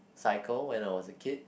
cycle when I was a kid